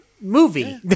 movie